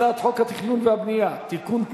הצעת חוק התכנון והבנייה (תיקון,